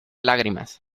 lágrimas